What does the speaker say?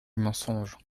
mensonge